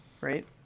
right